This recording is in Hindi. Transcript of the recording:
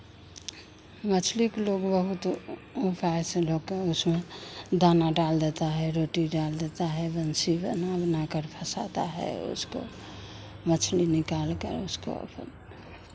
मछली को लोग बहुत उपाय सब लेकर उसमें दाना डाल देता है रोटी डाल देता है बंशी बना बना कर फँसाता है उसको मछली निकाल कर उसको